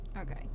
Okay